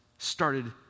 started